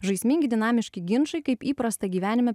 žaismingi dinamiški ginčai kaip įprasta gyvenime